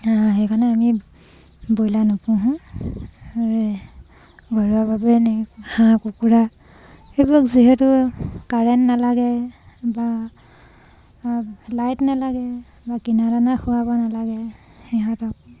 সেইকাৰণে আমি ব্ৰইলাৰ নুপুহোঁ ঘৰুৱাভাৱে এনে হাঁহ কুকুৰা এইবোৰ যিহেতু কাৰেণ্ট নালাগে বা লাইট নেলাগে বা কিনা দানা খোৱাব নালাগে সিহঁতক